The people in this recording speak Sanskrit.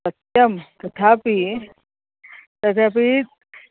सत्यं तथापि तदपि